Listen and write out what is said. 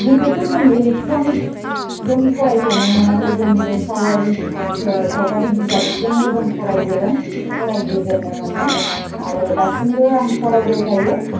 गोदोथ' जों एलेक्ट्र'निक जों फरायफेरनो मोनाखै जों बे सावगारि सावगारि बिजाबजोंनो जों फरायबोदों फरायबोजेननो मोनदों आरो दासिमबो आं फरायबाय थायो